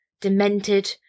demented